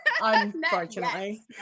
unfortunately